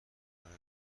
برای